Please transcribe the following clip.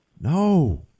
no